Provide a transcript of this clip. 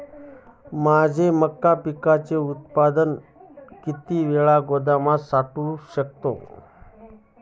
माझे मका पिकाचे उत्पादन किती वेळ गोदामात साठवू शकतो?